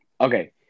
okay